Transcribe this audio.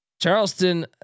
Charleston